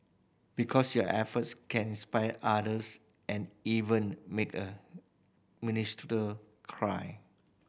because your efforts can inspire others and even make a minister cry